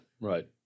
right